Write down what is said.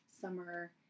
summer